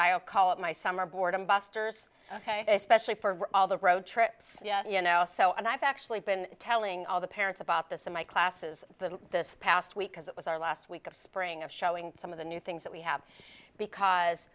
i'll call it my summer boredom busters ok especially for all the road trips you know so and i've actually been telling all the parents about this in my classes the this past week because it was our last week of spring of showing some of the new things that we have because